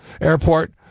airport